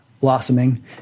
blossoming